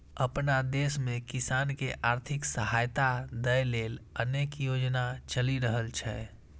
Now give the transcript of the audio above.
अपना देश मे किसान कें आर्थिक सहायता दै लेल अनेक योजना चलि रहल छै